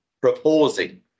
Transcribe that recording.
proposing